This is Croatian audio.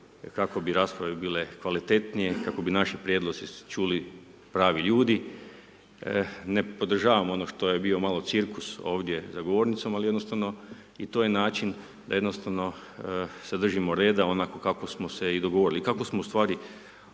kako bi rasprave bile kvalitetnije, kako bi naši prijedlozi se čuli pravi ljudi. Ne podržavam ono što je bio malo cirkus ovdje za govornicom, ali jednostavno i to je način da jednostavno se držimo reda onako kako smo se i dogovorili, i kako smo ustvari sa